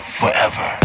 forever